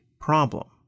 problem